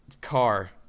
car